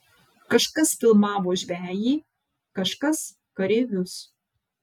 kažkas filmavo žvejį kažkas kareivius